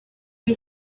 est